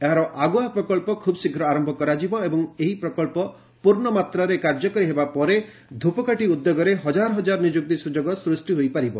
ଏହାର ଆଗୁଆ ପ୍ରକଳ୍ପ ଖୁବ୍ଶୀଘ୍ର ଆରମ୍ଭ କରାଯିବ ଏବଂ ଏହି ପ୍ରକଳ୍ପ ପୂର୍୍ଣ୍ଣମାତ୍ରାରେ କାର୍ଯ୍ୟକାରୀ ହେବା ପରେ ଧ୍ରପକାଠି ଉଦ୍ୟୋଗରେ ହଜାର ହଜାର ନିଯୁକ୍ତି ସୁଯୋଗ ସୃଷ୍ଟି ହୋଇପାରିବ